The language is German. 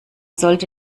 sollte